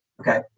okay